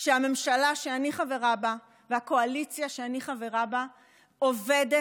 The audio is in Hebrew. שהממשלה שאני חברה בה והקואליציה שאני חברה בה עובדות